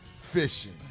fishing